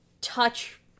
touch